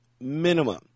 minimum